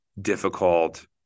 difficult